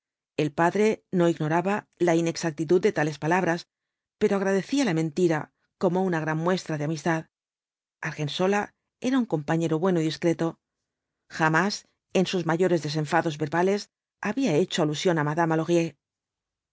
el padre no ignoraba la inexactitud de tales palabras pero agradecía la mentira como una gran muestra de amistad argensola era un compañero bueno y discreto jamás en sus mayores desenfado verbales había hecho alusión á madama